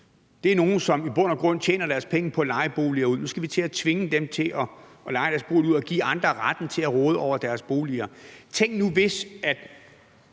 Det er nogle, som i bund og grund tjener deres penge på at leje boliger ud, og nu skal vi tvinge dem til at leje deres bolig ud og give andre retten til at råde over deres boliger. Tænk nu, hvis